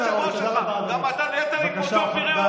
הראוי, תירגע, תירגע.